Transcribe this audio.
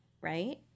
right